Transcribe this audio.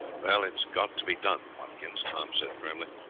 well, it's got to be done, watkins, tom said firmly.